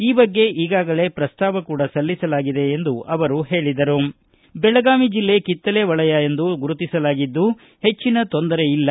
ಈ ಬಗ್ಗೆ ಈಗಾಗಲೇ ಪ್ರಸ್ತಾವ ಕೂಡ ಸಲ್ಲಿಸಲಾಗಿದೆ ಎಂದು ಅವರು ಹೇಳಿದರು ಬೆಳಗಾವಿ ಜಿಲ್ಲೆ ಕಿತ್ತಳೆ ವಲಯ ಎಂದು ಗುರುತಿಸಲಾಗಿದ್ದು ಹೆಚ್ಚಿನ ತೊಂದರೆಯಿಲ್ಲ